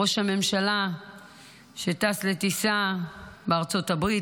ראש הממשלה שטס לארצות הברית,